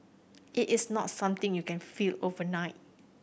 it is not something you can feel overnight